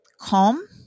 calm